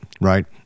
right